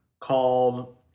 called